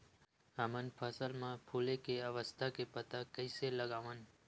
हमन फसल मा फुले के अवस्था के पता कइसे लगावन?